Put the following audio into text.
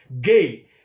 gay